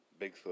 Bigfoot